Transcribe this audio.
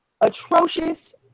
atrocious